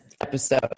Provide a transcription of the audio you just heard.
episode